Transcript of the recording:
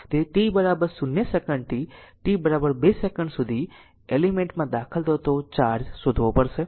તેથી t 0 સેકંડથી t 2 second સુધી એલિમેન્ટ માં દાખલ થતો ચાર્જ શોધવો પડશે